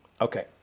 Okay